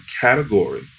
category